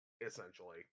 essentially